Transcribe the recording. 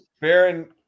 Baron